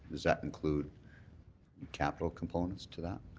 does that include capital components to that?